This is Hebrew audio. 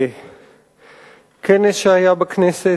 בכנס שהיה בכנסת,